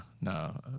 No